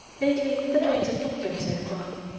lately the trains have not been so far.